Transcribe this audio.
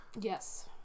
Yes